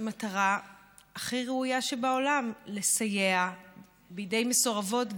מטרה הכי ראויה שבעולם: לסייע בידי מסורבות גט,